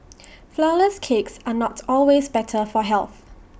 Flourless Cakes are not always better for health